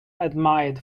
admired